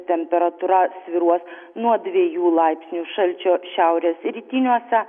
temperatūra svyruos nuo dviejų laipsnių šalčio šiaurės rytiniuose